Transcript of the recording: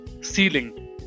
ceiling